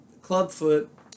Clubfoot